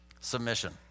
Submission